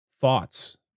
thoughts